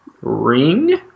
ring